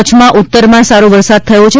કચ્છમાં ઉત્તરમાં પણ સારો વરસાદ થયો છે